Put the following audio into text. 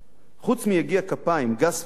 חוץ מיגיע כפיים גס ופראי,